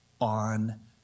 on